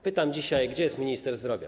Pytam dzisiaj: Gdzie jest minister zdrowia?